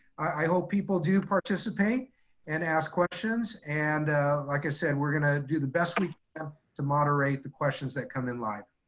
i hope people do participate and ask questions. and like i said, we're gonna do the best we can to moderate the questions that come in live.